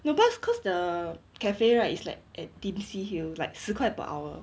no cause cause the cafe right is like at dempsey hill like 十块 per hour